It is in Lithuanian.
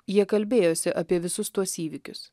jie kalbėjosi apie visus tuos įvykius